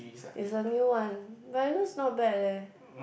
is a new one but it looks not bad leh